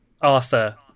arthur